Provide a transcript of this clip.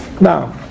Now